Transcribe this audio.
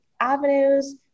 avenues